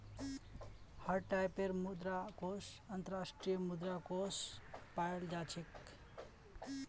हर टाइपेर मुद्रा कोष अन्तर्राष्ट्रीय मुद्रा कोष पायाल जा छेक